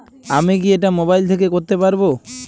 আমি কি এটা মোবাইল থেকে করতে পারবো?